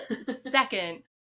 second